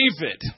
David